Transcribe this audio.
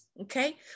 Okay